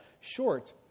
short